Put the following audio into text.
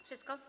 Wszystko?